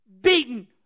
beaten